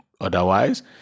otherwise